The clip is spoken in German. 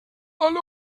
alle